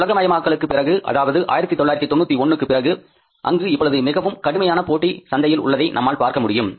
உலகமயமாக்கலுக்கு பிறகு அதாவது 1991 க்கு பிறகு அங்கு இப்பொழுது மிகவும் கடினமான போட்டி சந்தையில் உள்ளதை நம்மால் பார்க்க முடியும்